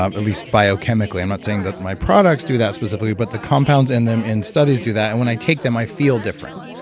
ah at least biochemically. i'm not saying that my products do that specifically, but the compounds in them in studies do that. and when i take them, i feel different.